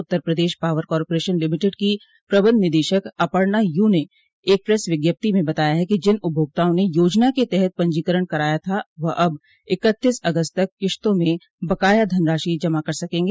उत्तर Pradesh power corporation limited की प्रबंध निदेशक अपर्णा यू ने एक प्रेस विज्ञप्ति में बताया है कि जिन उपभोक्ताओं ने योजना के तहत पंजीकरण कराया था वह अब इक्तीस अगस्त तक किस्तों में बकाया धनराशि जमा कर सकेंगे